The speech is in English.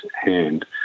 hand